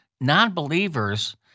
Non-believers